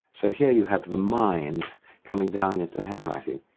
so here you have the mind coming down into the handwriting.